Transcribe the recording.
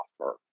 offer